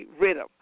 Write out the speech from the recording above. Rhythm